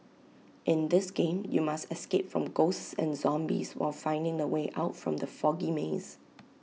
in this game you must escape from ghosts and zombies while finding the way out from the foggy maze